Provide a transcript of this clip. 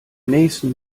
nächsten